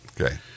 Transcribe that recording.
Okay